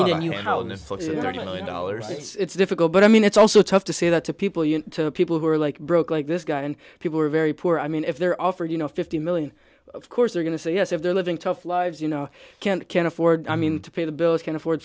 know how in the dollars it's difficult but i mean it's also tough to say that to people you know people who are like broke like this guy and people are very poor i mean if they're offered you know fifty million of course they're going to say yes if they're living tough lives you know can't can afford i mean to pay the bills can't afford